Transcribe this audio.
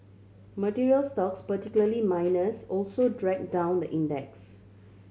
materials stocks particularly miners also drag down the index